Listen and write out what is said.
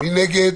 מי נגד?